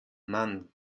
mann